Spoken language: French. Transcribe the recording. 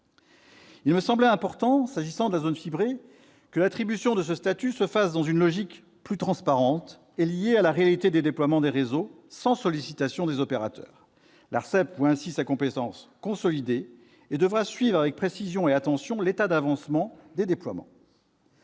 Il me semblait important, s'agissant de la zone fibrée, que l'attribution de ce statut se fasse dans une logique plus transparente et liée à la réalité des déploiements des réseaux, sans sollicitation des opérateurs. L'ARCEP voit ainsi sa compétence consolidée et devra suivre avec précision et attention l'état d'avancement des déploiements.